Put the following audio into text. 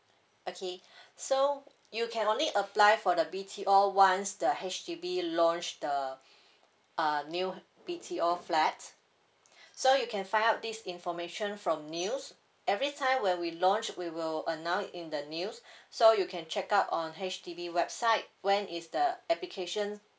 okay so you can only apply for the B_T_O once the H_D_B launch the uh new B_T_O flat so you can find out this information from news every time when we launch we will announce in the news so you can check up on H_D_B website when is the applications